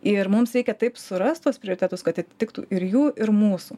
ir mums reikia taip surast tuos prioritetus kad atitiktų ir jų ir mūsų